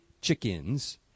chickens